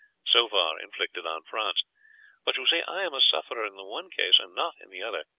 so far, inflicted on france but you see i am a sufferer in the one case and not in the other.